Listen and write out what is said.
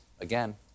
Again